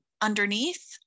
underneath